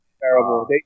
terrible